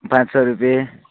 पाँच सय रुपियाँ